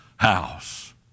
house